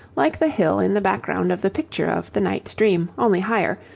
like the hill in the background of the picture of the knight's dream only higher,